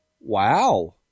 Wow